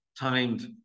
timed